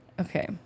Okay